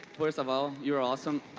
first of all, you're awesome.